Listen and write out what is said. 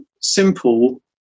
simple